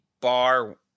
bar